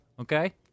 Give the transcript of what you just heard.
okay